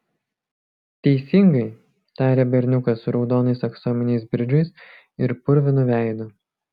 teisingai tarė berniukas su raudonais aksominiais bridžais ir purvinu veidu